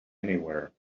anywhere